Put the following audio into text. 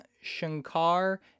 Shankar